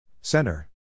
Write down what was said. Center